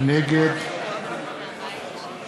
נגד